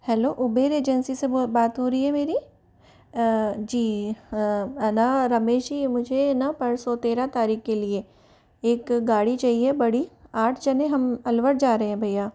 hello Uber agency से बात हो रही है मेरी जी ए ना रमेश जी मुझे है ना परसों तेरह तारीख के लिए एक गाड़ी चाहिए बड़ी आठ जने हम अलवर जा रहे हैं भैया